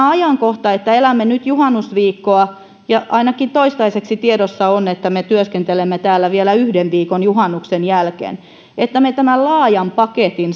ajankohtana elämme nyt juhannusviikkoa ja ainakin toistaiseksi tiedossa on että me työskentelemme täällä vielä yhden viikon juhannuksen jälkeen tämän laajan paketin